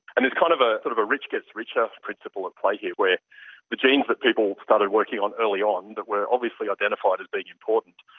and there's kind of ah sort of a rich gets richer principle at play here where the genes that people started working on early on that were obviously identified as being important,